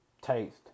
taste